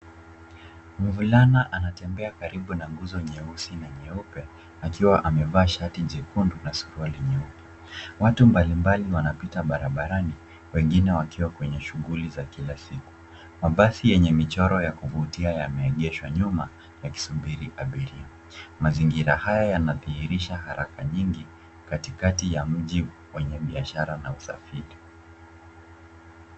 Mvulana anatembea karibu na nguzo nyeusi na nyeupe akiwa amevaa shati jekundu na suruali nyeupe. Watu mbalimbali wanapita barabarani wengine wakiwa kwenye shughuli za kila siku. Mabasi yenye michoro ya kuvutia yameegeshwa nyuma yakisubiri abiria. Mazingira haya yanadhihirisha haraka nyingi katikati ya mji wenye biashara na usafiri.